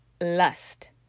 lust